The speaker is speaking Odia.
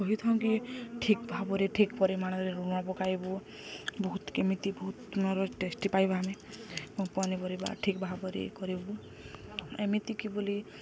କହିଥାଉଁ କି ଠିକ୍ ଭାବରେ ଠିକ୍ ପରିମାଣରେ ଲୁଣ ପକାଇବୁ ବହୁତ କେମିତି ବହୁତ ଟେଷ୍ଟି ପାଇବା ଆମେ ପନିପରିବା ଠିକ୍ ଭାବରେ କରିବୁ ଏମିତି କି ବୋଲି